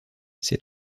c’est